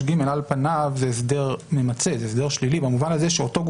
אני יוצא מנקודת הנחה שהרבה פעמים דווקא דיוור